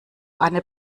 anne